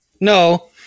no